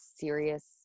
serious